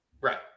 Right